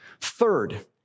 Third